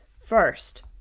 First